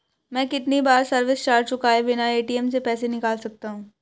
मैं कितनी बार सर्विस चार्ज चुकाए बिना ए.टी.एम से पैसे निकाल सकता हूं?